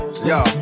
Yo